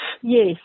Yes